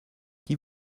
qui